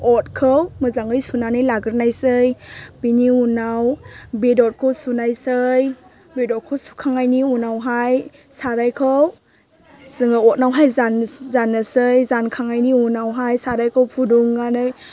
अरखौ मोजाङै सुनानै लाग्रोनोसै बिनि उनाव बेदरखौ सुनोसै बेदरखौ सुखांनायनि उनावहाय सारायखौ जोङो अरावहाय जाननोसै जानखांनायनि उनावहाय सारायखौ फुदुंनानै